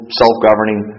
self-governing